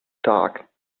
stark